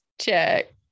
check